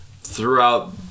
throughout